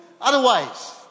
otherwise